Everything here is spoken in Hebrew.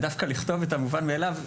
ודווקא לכתוב את המובן מאליו,